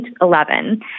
2011